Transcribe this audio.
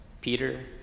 Peter